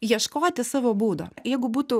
ieškoti savo būdo jeigu būtų